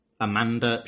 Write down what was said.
Amanda